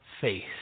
face